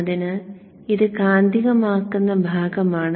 അതിനാൽ ഇത് കാന്തികമാക്കുന്ന ഭാഗമാണ്